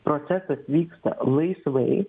procesas vyksta laisvai